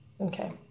Okay